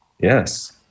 Yes